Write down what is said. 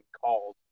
called